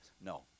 No